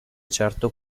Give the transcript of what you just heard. certo